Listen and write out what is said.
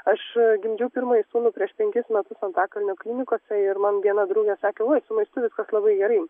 aš pagimdžiau pirmąjį sūnų prieš penkis metus antakalnio klinikose ir man viena draugė sakė oi su maistu viskas labai gerai